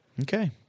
Okay